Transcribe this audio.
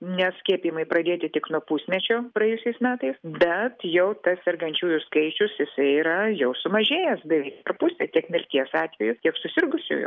nes skiepijimai pradėti tik nuo pusmečio praėjusiais metais bet jau tas sergančiųjų skaičius jisai yra jau sumažėjęs beveik per pusę tiek mirties atvejų tiek susirgusiųjų